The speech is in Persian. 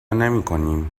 نمیکنیم